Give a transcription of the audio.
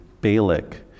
Balak